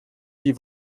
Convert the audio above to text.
die